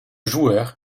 joueur